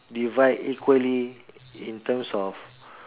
divide equally in terms of